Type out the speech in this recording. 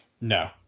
No